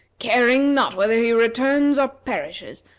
caring not whether he returns or perishes,